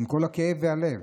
עם כל כאב הלב,